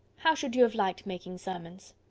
how should you have liked making sermons?